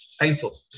Painful